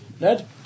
Ned